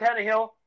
Tannehill